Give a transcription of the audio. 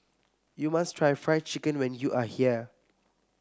you must try Fried Chicken when you are here